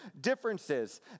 differences